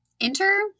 Enter